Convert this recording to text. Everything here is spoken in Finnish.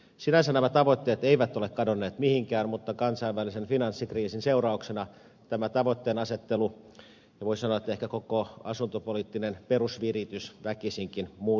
sinänsä nämä tavoitteet eivät ole kadonneet mihinkään mutta kansainvälisen finanssikriisin seurauksena tämä tavoitteenasettelu ja voisi sanoa ehkä koko asuntopoliittinen perusviritys väkisinkin muuttuu